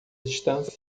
distância